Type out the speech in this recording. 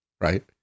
right